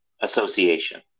association